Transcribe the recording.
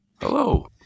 Hello